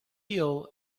eel